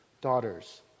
daughters